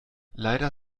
leider